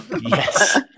Yes